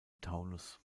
taunus